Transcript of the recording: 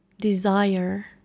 desire